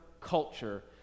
culture